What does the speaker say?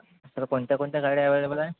तर कोणत्या कोणत्या गाड्या अवेलेबल आहे